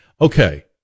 okay